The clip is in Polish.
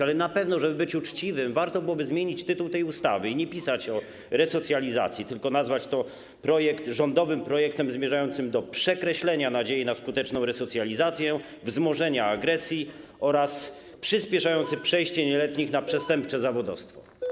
Ale na pewno, żeby być uczciwym, warto byłoby zmienić tytuł tej ustawy i nie pisać o resocjalizacji, tylko nazwać to projektem rządowym projektem zmierzającym do przekreślenia nadziei na skuteczną resocjalizację, do wzmożenia agresji oraz przyspieszającym przejście nieletnich na przestępcze zawodowstwo.